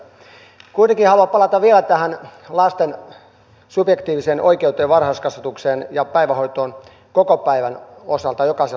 kuitenkin haluan palata vielä tähän lasten subjektiiviseen oikeuteen varhaiskasvatukseen ja päivähoitoon koko päivän osalta jokaisen lapsen kohdalla